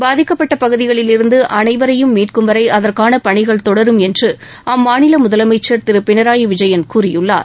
பாதிக்கப்பட்ட பகுதிகளிலிருந்து அனைவரையும் மீட்கும் வரை அதற்காள பணிகள் தொடரும் என்று அம்மாநில முதலமைச்சர் திரு பினராயி விஜயன் கூறியுள்ளார்